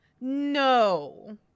No